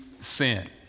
sin